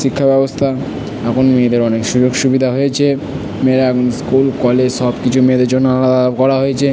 শিক্ষাব্যবস্তা এখন মেয়েদের অনেক সুযোগ সুবিদা হয়েছে মেয়েরা স্কুল কলেজ সব কিছু মেয়েদের জন্য আলাদা করা হয়েছে